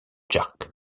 jack